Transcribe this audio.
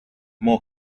more